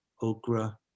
okra